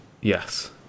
Yes